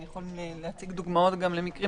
אנחנו יכולים להציג דוגמאות גם למקרים